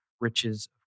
riches